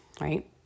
Right